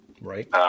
right